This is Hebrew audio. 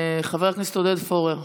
חבר הכנסת עודד פורר.